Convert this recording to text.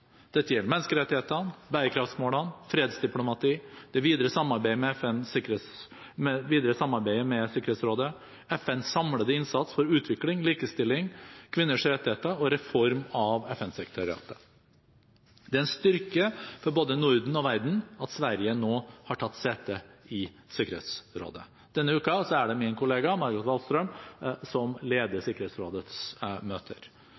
Dette gjelder menneskerettighetene, bærekraftsmålene, fredsdiplomatiet, det videre samarbeidet med Sikkerhetsrådet, FNs samlede innsats for utvikling, likestilling, kvinners rettigheter og reform av FN-sekretariatet. Det er en styrke for både Norden og verden at Sverige nå har tatt sete i Sikkerhetsrådet. Denne uken er det min kollega Margot Wallström som leder Sikkerhetsrådets møter.